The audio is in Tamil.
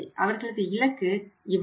அவர்களது இலக்கு இவ்வளவு